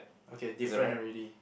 okay different already